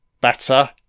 Better